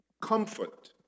Comfort